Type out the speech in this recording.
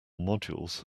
modules